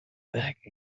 back